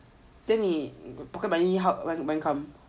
then 你 pocket money when come